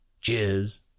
cheers